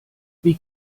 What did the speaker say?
wie